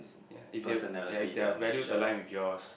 ya if they ya if their values align with yours